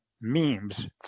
memes